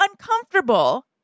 uncomfortable